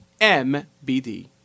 MBD